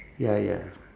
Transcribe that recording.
ya ya